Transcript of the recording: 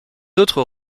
autres